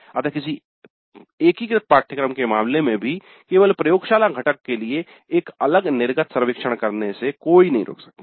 अतः किसी एकीकृत पाठ्यक्रम के मामले में भी केवल प्रयोगशाला घटक के लिए एक अलग निर्गत सर्वेक्षण करने से कोई नहीं रोक सकता है